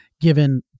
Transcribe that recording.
given